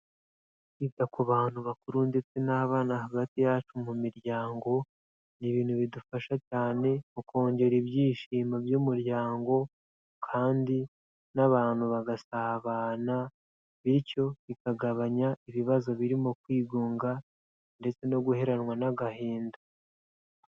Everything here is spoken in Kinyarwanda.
Kwita ku bantu bakuru ndetse n'abana hagati yacu mu miryango, ni ibintu bidufasha cyane mu kongera ibyishimo by'umuryango kandi n'abantu bagasabana, bityo bikagabanya ibibazo birimo kwigunga ndetse no guheranwa n'agahinda.